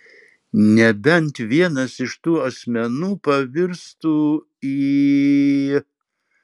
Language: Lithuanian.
nebent vienas iš tų asmenų pavirstų į